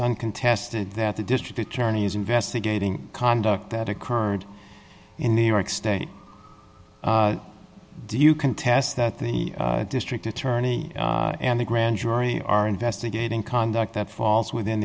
uncontested that the district attorney is investigating conduct that occurred in new york state do you contest that the district attorney and the grand jury are investigating conduct that falls within